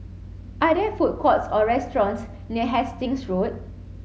are there food courts or restaurants near Hastings Road